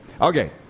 Okay